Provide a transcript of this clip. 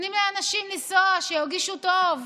נותנים לאנשים לנסוע, שירגישו טוב.